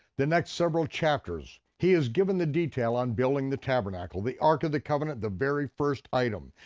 the next several chapters, he is given the detail on building the tabernacle, the ark of the covenant, the very first item,